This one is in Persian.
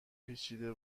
پیچیده